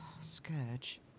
Scourge